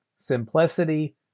simplicity